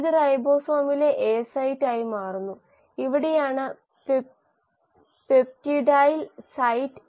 ഇത് റൈബോസോമിലെ എ സൈറ്റായി മാറുന്നു ഇവിടെയാണ് പെപ്റ്റിഡൈൽ സൈറ്റ്